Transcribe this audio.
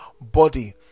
body